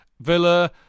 Villa